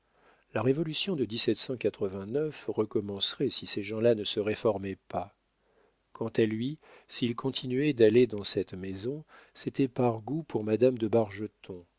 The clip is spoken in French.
la révolution de recommencerait si ces gens-là ne se réformaient pas quant à lui s'il continuait d'aller dans cette maison c'était par goût pour madame de bargeton